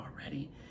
already